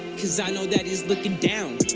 cuz i know that is looking down,